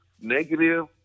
negative